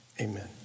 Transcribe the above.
Amen